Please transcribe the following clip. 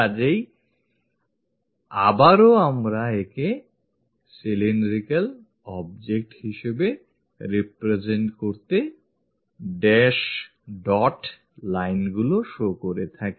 কাজেই আবারও আমরা একে একটি cylindrical object হিসেবে represent করতে dash dot lineগুলি show করে থাকি